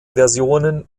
versionen